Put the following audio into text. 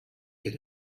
had